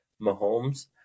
Mahomes